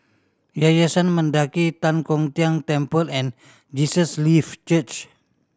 Yayasan Mendaki Tan Kong Tian Temple and Jesus Live Church